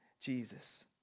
Jesus